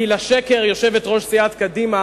כי לשקר, יושבת-ראש סיעת קדימה